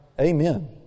Amen